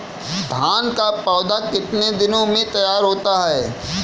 धान का पौधा कितने दिनों में तैयार होता है?